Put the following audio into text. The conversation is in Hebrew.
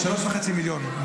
3.5 מיליון.